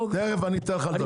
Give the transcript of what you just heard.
תכף אני אתן לך לדבר.